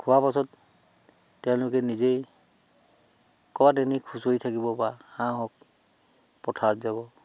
খোৱাৰ পাছত তেওঁলোকে নিজেই ক'ৰবাত এনেই খুচৰি থাকিব বা হাঁহ হওক পথাৰত যাব